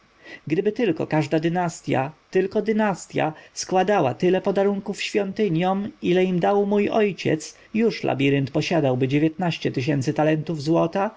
gdyby tylko każda dynastja tylko dynastja składała tyle podarunków świątyniom ile im dał mój ojciec już labirynt posiadałby dziewiętnaście tysięcy talentów złota